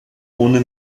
ohne